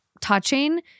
touching